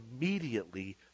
immediately